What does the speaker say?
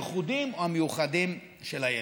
הייחודיים או המיוחדים של הילד,